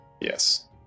Yes